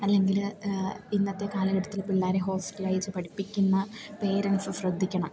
അല്ലെങ്കിൽ ഇന്നത്തെ കാലഘട്ടത്തില് പിള്ളേരെ ഹോസ്റ്റലിലയച്ച് പഠിപ്പിക്കുന്ന പേരന്റ്സ് ശ്രദ്ധിക്കണം